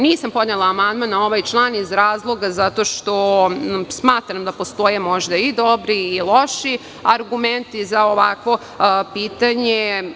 Nisam podnela amandman na ovaj član zato što smatram da postoje, možda, i dobri i loši argumenti za ovakvo pitanje.